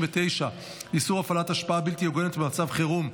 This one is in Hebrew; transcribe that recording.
69) (איסור הפעלת השפעה בלתי הוגנת במצב חירום),